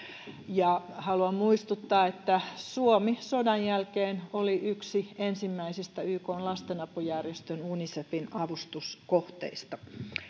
ja haluan muistuttaa että suomi oli sodan jälkeen yksi ensimmäisistä ykn lastenavun järjestö unicefin avustuskohteista